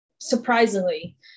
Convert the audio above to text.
surprisingly